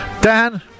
Dan